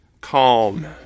calm